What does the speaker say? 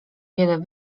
wiele